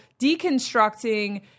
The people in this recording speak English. deconstructing